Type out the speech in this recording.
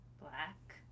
black